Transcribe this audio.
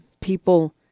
people